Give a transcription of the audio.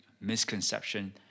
misconception